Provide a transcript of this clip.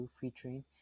featuring